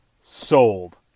sold